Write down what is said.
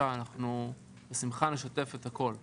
בבקשה; אנחנו נשתף את הכל בשמחה.